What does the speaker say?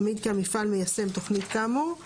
המעיד כי המפעל מיישם תוכנית כאמור;